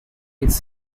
its